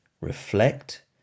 reflect